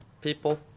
people